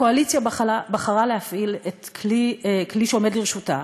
הקואליציה בחרה להפעיל כלי שעומד לרשותה,